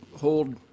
hold